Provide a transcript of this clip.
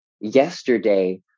yesterday